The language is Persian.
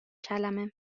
کلمه